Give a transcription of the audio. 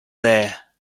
there